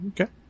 Okay